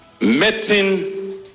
medicine